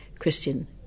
christian